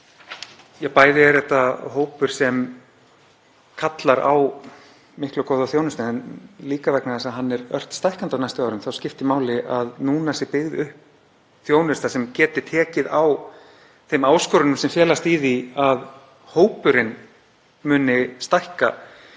bæði er þetta hópur sem kallar á mikla og góða þjónustu en líka vegna þess að hann stækkar ört á næstu árum og þá skiptir máli að núna sé byggð upp þjónusta sem geti tekið á þeim áskorunum sem felast í því að hópurinn muni stækka